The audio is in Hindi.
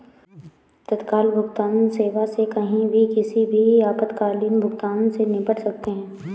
तत्काल भुगतान सेवा से कहीं भी किसी भी आपातकालीन भुगतान से निपट सकते है